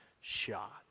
shot